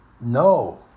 No